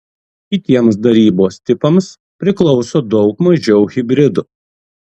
kitiems darybos tipams priklauso daug mažiau hibridų